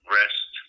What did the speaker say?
rest